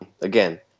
Again